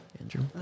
Andrew